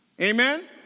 Amen